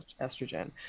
estrogen